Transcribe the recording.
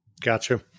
Gotcha